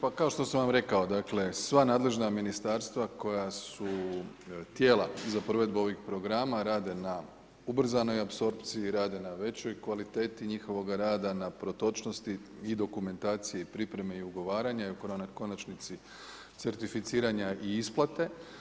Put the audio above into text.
Pa kao što sam rekao, dakle, sva nadležna ministarstva koja su tijela za provedbu ovih programa rade na ubrzanoj apsorpciji, rade na većoj kvaliteti njihovoga rada, na protočnosti i dokumentaciji pripreme i ugovaranja i u konačnici certificiranja i isplate.